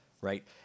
Right